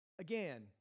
Again